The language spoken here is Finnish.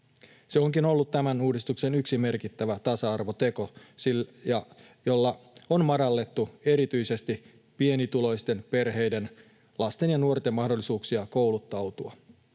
Se onkin ollut tämän uudistuksen yksi merkittävä tasa-arvoteko, jolla on madallettu erityisesti pienituloisten perheiden lasten ja nuorten mahdollisuuksia kouluttautua.